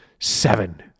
seven